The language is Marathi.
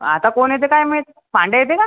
आता कोण येतं आहे काय माहीत पांड्या येते का